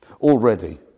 Already